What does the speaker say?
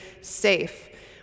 safe